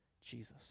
Jesus